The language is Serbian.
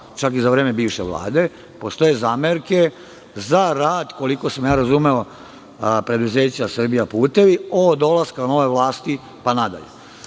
i za vreme bivše Vlade, postoje zamerke za rad, koliko sam razumeo, preduzeća "Srbijaputevi" od dolaska nove vlasti pa nadalje. Ti